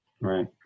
Right